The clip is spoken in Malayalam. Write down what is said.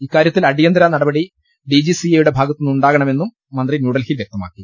ഇക്കാ ര്യത്തിൽ അടിയന്തര നടപടി ഡിജിസിഎ യുടെ ഭാഗത്തുനിന്നു ണ്ടാകണമെന്നും മന്ത്രി ന്യൂഡൽഹിയിൽ വ്യക്തമാക്കി